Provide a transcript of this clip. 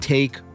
Take